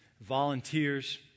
volunteers